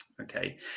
okay